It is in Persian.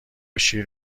شیر